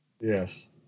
Yes